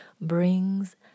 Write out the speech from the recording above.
brings